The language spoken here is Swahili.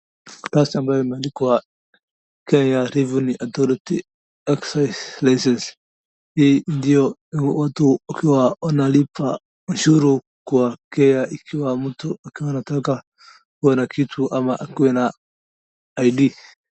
Karatasi ambayo imeandikwa Kenya Revenue Authority, exercise license hii ndio watu wakiwa wanalipa ushuru kwa Kenya ikiwa mtu akiwa anataka kuwa na kitu ama akuwe na ID .